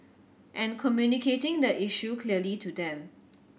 and communicating the issue clearly to them